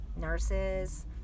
Nurses